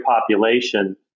population